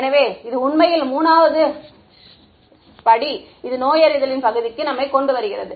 எனவே இது உண்மையில் 3 வது படி இது நோயறிதலின் பகுதிக்கு நம்மை கொண்டு வருகிறது